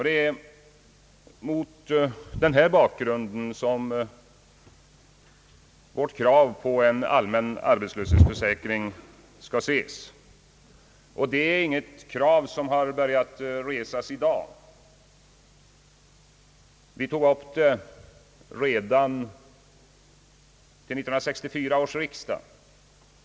Det är mot denna bakgrund vårt krav på en allmän arbetslöshetsförsäkring skall ses. Detta är inte ett krav som har börjat resas i dag. Vi tog upp det redan till 1964 års riksdag.